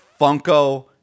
Funko